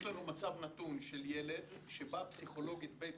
יש לנו מצב נתון של ילד שבאה פסיכולוגית בית